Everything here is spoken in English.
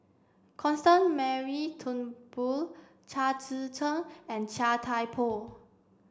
Constance Mary Turnbull Chao Tzee Cheng and Chia Thye Poh